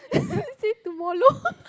say tomollow